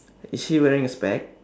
is she wearing a spec